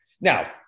now